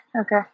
okay